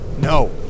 No